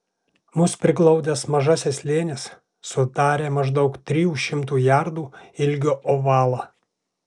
mus priglaudęs mažasis slėnis sudarė maždaug trijų šimtų jardų ilgio ovalą